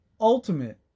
ultimate